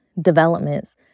developments